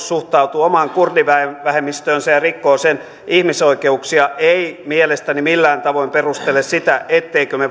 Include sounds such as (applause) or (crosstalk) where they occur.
(unintelligible) suhtautuu omaan kurdivähemmistöönsä ja rikkoo sen ihmisoikeuksia ei mielestäni millään tavoin perustele sitä ettemmekö me (unintelligible)